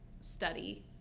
study